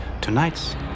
Tonight's